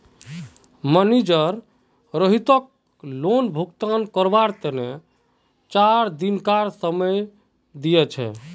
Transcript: manager रोहितक loan भुगतान करवार तने चार दिनकार समय दिया छे